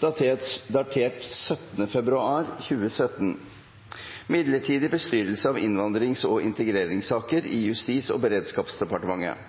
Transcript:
datert 17. februar 2017: «Midlertidig bestyrelse av innvandrings- og integreringssaker i Justis- og beredskapsdepartementet.